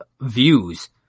views